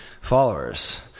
followers